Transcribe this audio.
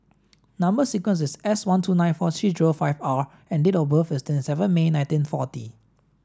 number sequence is S one two nine four three zero five R and date of birth is twenty seven May nineteen forty